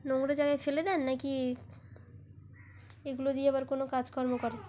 নোংরা জায়গায় ফেলে দেন না কি এগুলো দিয়ে আবার কোনো কাজকর্ম করেন